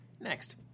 next